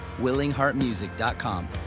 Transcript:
willingheartmusic.com